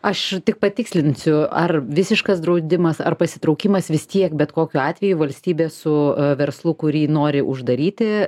aš tik patikslinsiu ar visiškas draudimas ar pasitraukimas vis tiek bet kokiu atveju valstybė su verslu kurį nori uždaryti